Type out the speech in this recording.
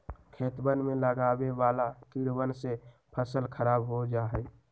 खेतवन में लगवे वाला कीड़वन से फसल खराब हो जाहई